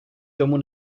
domu